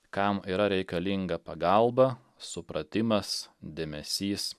kam yra reikalinga pagalba supratimas dėmesys